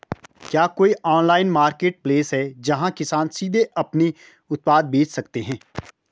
क्या कोई online marketplace है, जहां किसान सीधे अपने उत्पाद बेच सकते हैं?